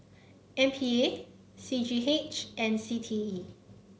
M P A C G H and C T E